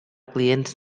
clients